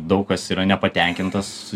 daug kas yra nepatenkintas